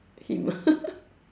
him ah